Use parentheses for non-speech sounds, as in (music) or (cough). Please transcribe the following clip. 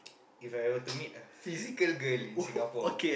(noise) If I were to meet a physical girl in Singapore